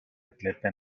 atleta